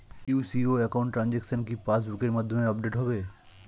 UCO account transaction কি pass বুকের মধ্যে আপডেট হবে?